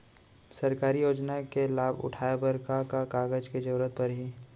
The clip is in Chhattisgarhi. सरकारी योजना के लाभ उठाए बर का का कागज के जरूरत परही